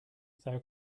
thou